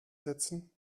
setzen